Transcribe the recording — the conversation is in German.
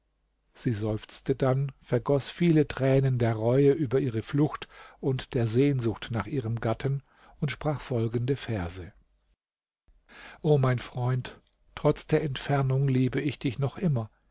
sie seufzte dann vergoß viele tränen der reue über ihre flucht und der sehnsucht nach ihrem gatten und sprach folgende verse o mein freund trotz der entfernung liebe ich dich doch noch immer